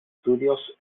studios